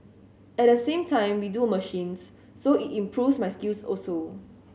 at the same time we do machines so it improves my skills also